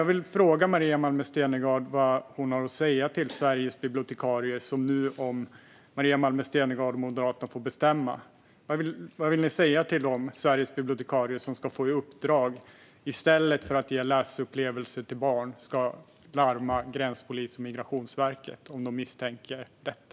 Jag vill fråga Maria Malmer Stenergard vad hon har att säga till Sveriges bibliotekarier som nu, om Maria Malmer Stenergard från Moderaterna får bestämma, får detta i uppdrag. Vad vill ni säga till dem, som i stället för att ge läsupplevelser till barn ska få i uppdrag att larma gränspolisen och Migrationsverket om de misstänker detta?